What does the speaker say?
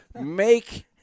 make